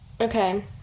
okay